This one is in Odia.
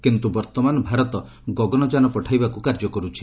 କିନ୍ତୁ ବର୍ତ୍ତମାନ ଭାରତ ଗଗନଯାନ ପଠାଇବାକୁ କାର୍ଯ୍ୟ କରୁଛି